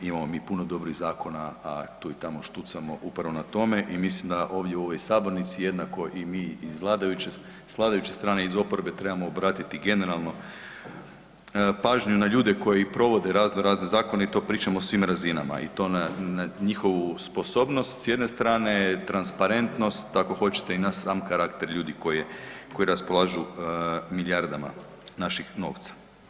Imamo mi puno dobrih zakona, a tu i tamo štucamo upravo na tome i mislim da ovdje u ovoj sabornici jednako i mi s vladajuće strane i iz oporbe trebamo obratiti generalno pažnju na ljude koji provode raznorazne zakone i to pričamo na svim razinama i to na njihovu sposobnost, s jedne strane transparentnost, ako hoćete i na sam karakter ljudi koji raspolažu milijardama naših novca.